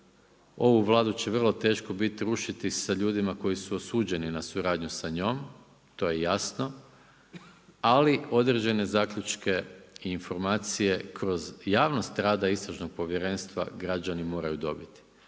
Ovu Vladu će vrlo teško biti rušiti sa ljudima koji su osuđeni na suradnju sa njom, to je jasno, ali određene zaključke i informacije kroz javnost rada istražnog povjerenstva građani moraju dobiti.